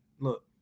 Look